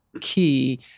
key